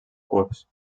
curs